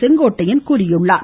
செங்கோட்டையன் தெரிவித்தார்